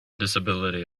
disability